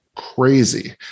crazy